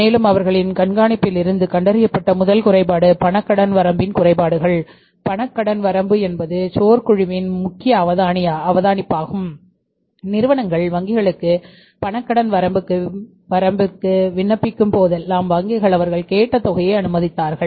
மேலும் அவர்களின் கண்காணிப்பில் இருந்து கண்டறியப்பட்ட முதல் குறைபாடு பணக் கடன் வரம்பின் குறைபாடுகள் பணக் கடன் வரம்பு என்பது சோர் குழுவின் முக்கிய அவதானிப்பாகும் நிறுவனங்கள் வங்கிகளுக்கு பணக் கடன் வரம்புக்கு விண்ணப்பிக்கும் போதெல்லாம் வங்கிகள் அவர்கள் கேட்ட தொகையை அனுமதித்தார்கள்